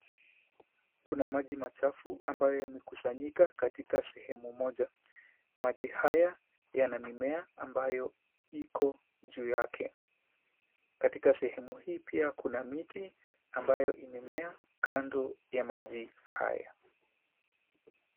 Kuna maji machafu ambayo yamekusanyika katika sehemu moja. Maji haya yana mimea ambayo iko juu yake katika sehemu hii. Pia, kuna miti ambayo imeota kando ya maji haya.